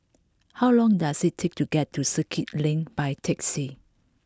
how long does it take to get to Circuit Link by taxi